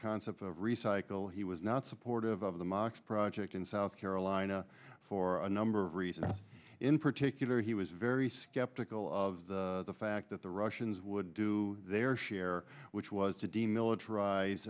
concept of recycle he was not supportive of the mox project in south carolina for a number of reasons in particular he was very skeptical of the fact that the russians would do their share which was to demilitarize